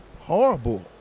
horrible